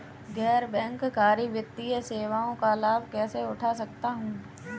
गैर बैंककारी वित्तीय सेवाओं का लाभ कैसे उठा सकता हूँ?